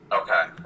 Okay